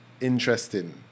interesting